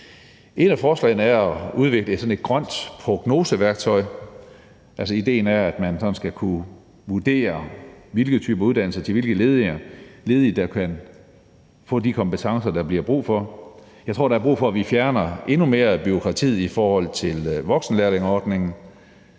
Et af forslagene er at udvikle et grønt prognoseværktøj. Idéen er, at man skal kunne vurdere, hvilke typer uddannelser til hvilke ledige og hvilke kompetencer der bliver brug for. Jeg tror, at der er brug for, at vi fjerner endnu mere af bureaukratiet i forhold til voksenlærlingeordningen.